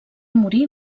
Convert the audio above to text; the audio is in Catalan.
morir